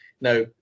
Now